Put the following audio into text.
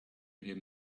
him